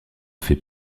fait